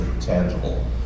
tangible